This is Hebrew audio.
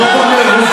כמו במרדף,